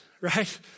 right